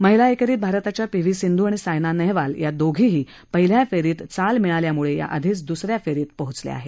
महिला एकेरीत भारताच्या पी व्ही सिंधू आणि सायना नेहवाल या दोघीही पहिल्या फेरीत चाल मिळाल्यामुळे या आधीच दुसऱ्या फेरीत पोहोचल्या आहेत